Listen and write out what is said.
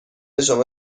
شما